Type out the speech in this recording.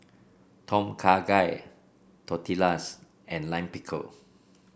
Tom Kha Gai Tortillas and Lime Pickle